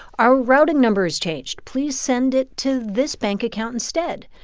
our routing number has changed. please send it to this bank account instead.